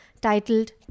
titled